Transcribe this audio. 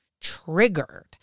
triggered